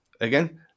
again